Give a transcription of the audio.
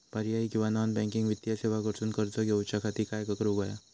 पर्यायी किंवा non banking वित्तीय सेवा कडसून कर्ज घेऊच्या खाती काय करुक होया?